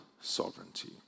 sovereignty